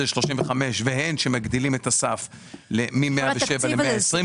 ל-35 אחוזים והן כשמגדילים את הסף מ-107 ל-120 אלף.